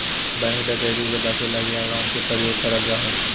bank डकैती से बचे लगी अलार्म के प्रयोग करल जा हय